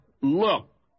look